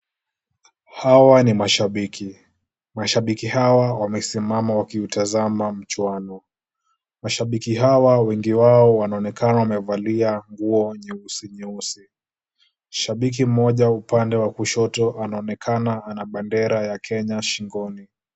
Hawa ni mashabiki. Mashabiki hawa wamesimama wakiutazama mchuano. Mashabiki hawa wengi wao wanaonekana wamevalia nguo nyeusi nyeusi. Shabiki mmoja upande wa kushoto anaonekana ana bendera ya Kenya shingoni.